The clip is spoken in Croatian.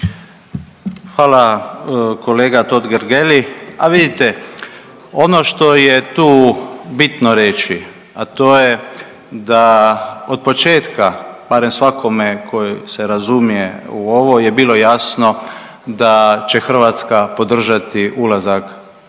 Hvala kolega Totgergeli. A vidite, ono što je tu bitno reći, a to je da otpočetka, barem svakome ko se razumije u ovo je bilo jasno da će Hrvatska podržati ulazak